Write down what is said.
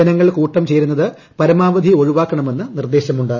ജനങ്ങൾ കൂട്ടം ചേരുന്നത് പരമാവധി ഒഴിവാക്ക്ണ്മെന്ന് നിർദ്ദേശമുണ്ട്